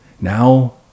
Now